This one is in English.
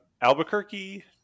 Albuquerque